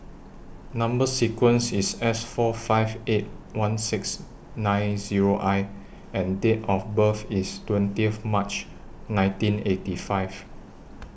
Number sequence IS S four five eight one six nine Zero I and Date of birth IS twentieth March nineteen eighty five